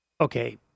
Okay